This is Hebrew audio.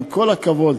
עם כל הכבוד,